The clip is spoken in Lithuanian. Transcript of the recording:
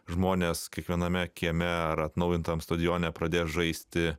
žmonės kiekviename kieme ar atnaujintam stadione pradės žaisti